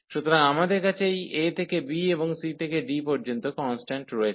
সুতরাং আমাদের কাছে এই a থেকে b এবং c থেকে d পর্যন্ত কন্সট্যান্ট রয়েছে